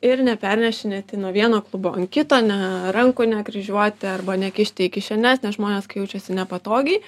ir nepernešinėti nuo vieno klubo ant kito ne rankų nekryžiuoti arba nekišti į kišenes nes žmonės kai jaučiasi nepatogiai